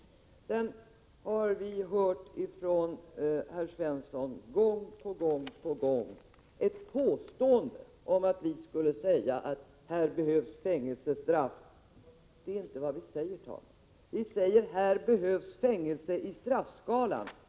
Vidare har vi från herr Svensson gång på gång hört påståendet att vi skulle säga att här behövs fängelsestraff. Detta är inte sant, herr talman. Vi säger: Här behövs fängelse i straffskalan.